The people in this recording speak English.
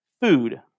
food